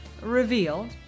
revealed